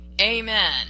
Amen